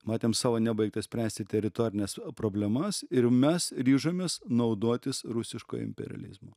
matėm savo nebaigtas spręsti teritorines problemas ir mes ryžomės naudotis rusiško imperializmo